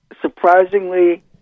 surprisingly